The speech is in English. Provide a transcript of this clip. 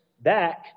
back